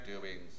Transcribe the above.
doings